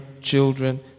children